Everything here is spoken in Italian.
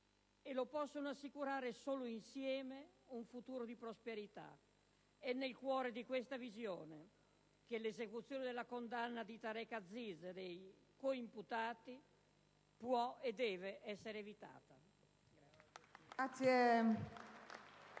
(e lo possono assicurare solo insieme) un futuro di prosperità. È nel cuore di questa visione che l'esecuzione della condanna di Tareq Aziz e dei coimputati può e deve essere evitata.